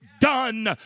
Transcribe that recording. done